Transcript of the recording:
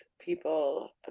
people